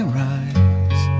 rise